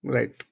Right